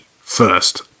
first